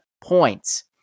points